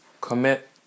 Commit